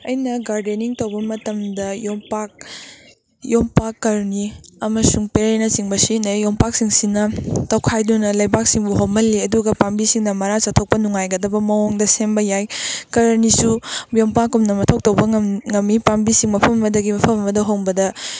ꯑꯩꯅ ꯒꯥꯔꯗꯦꯟꯅꯤꯡ ꯇꯧꯕ ꯃꯇꯝꯗ ꯌꯣꯝꯄꯥꯛ ꯌꯣꯝꯄꯥꯛ ꯀꯔꯅꯤ ꯑꯃꯁꯨꯡ ꯄꯦꯔꯦꯅꯆꯤꯡꯕ ꯁꯤꯖꯤꯟꯅꯩ ꯌꯣꯝꯄꯥꯛꯁꯤꯡꯁꯤꯅ ꯇꯧꯈꯥꯏꯗꯨꯅ ꯂꯨꯕꯥꯛꯁꯤꯡꯕꯨ ꯍꯣꯝꯍꯜꯂꯤ ꯑꯗꯨꯒ ꯄꯥꯝꯕꯤꯁꯤꯡꯅ ꯃꯔꯥ ꯆꯠꯊꯣꯛꯄ ꯅꯨꯡꯉꯥꯏꯒꯗꯕ ꯃꯑꯣꯡꯗ ꯁꯦꯝꯕ ꯌꯥꯏ ꯀꯔꯅꯤꯁꯨ ꯌꯣꯝꯄꯥꯛꯀꯨꯝꯅ ꯃꯊꯧ ꯇꯧꯕ ꯉꯝꯃꯤ ꯄꯥꯝꯕꯤꯁꯤ ꯃꯐꯝ ꯑꯃꯗꯒꯤ ꯃꯐꯝ ꯑꯃꯗ ꯍꯣꯡꯕꯗ